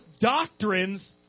doctrines